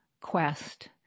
quest